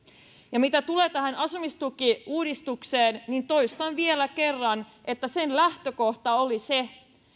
mitä tulee tähän asumistukiuudistukseen niin toistan vielä kerran että sen lähtökohta oli se